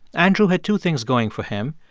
andrew had two things going for him.